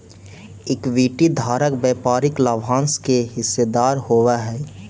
equity धारक व्यापारिक लाभांश के हिस्सेदार होवऽ हइ